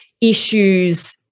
issues